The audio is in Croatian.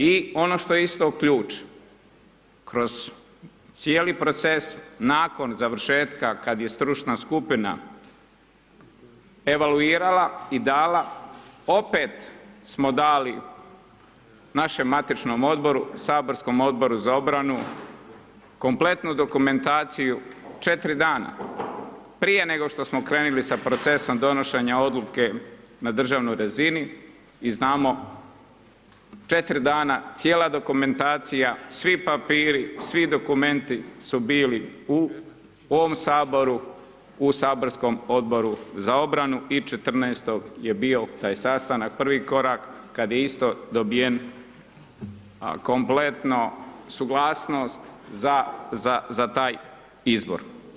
I ono što je isto ključ, kroz cijeli proces, nakon završetka kad je stručna skupina evaluirala i dala, opet smo dali našem Matičnom odboru, Saborskom odboru za obranu, kompletnu dokumentaciju 4 dana prije nego što smo krenili sa procesom donošenja odluke na državnoj razini i znamo 4 dana, cijela dokumentacija, svi papiri, svi dokumenti su bili u ovom HS, u Saborskom odboru za obranu i 14.-tog je bio taj sastanak, prvi korak kad je isto dobiven kompletno suglasnost za taj izbor.